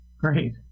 Great